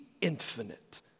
infinite